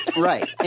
Right